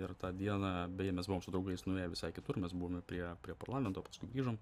ir tą dieną beje mes buvom su draugais nuėję visai kitur mes buvome prie prie parlamento paskui grįžom